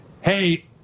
hey